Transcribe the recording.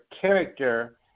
character